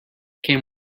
can